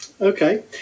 Okay